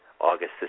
August